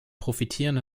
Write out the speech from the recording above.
profitieren